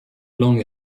long